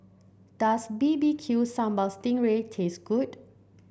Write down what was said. does B B Q Sambal Sting Ray taste good